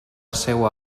seua